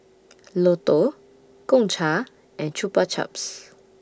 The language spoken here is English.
Lotto Gongcha and Chupa Chups